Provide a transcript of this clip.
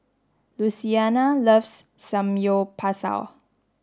Louisiana loves Samgyeopsal